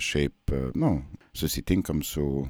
šiaip nu susitinkam su